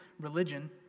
religion